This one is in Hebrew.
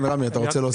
בבקשה.